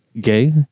Gay